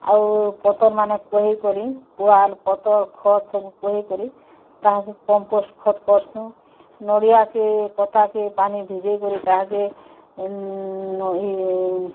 ଆଉ ପତର୍ମାନେ କୁହେଇକରି କୁହାଲ୍ ପତର୍ ଖତ୍ ସବୁ କୁହେଇକରି ତାହାକେ କମ୍ପୋଷ୍ଟ ଖତ୍ କରସୁଁ ନଡ଼ିଆକେ କତାକେ ପାନି ଭିଜେଇକରି ତାହାକେ